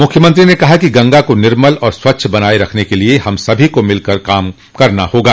मुख्यमंत्री ने कहा कि गंगा को निर्मल और स्वच्छ बनाये रखने के लिये हम सभी को मिलकर काम करना होगा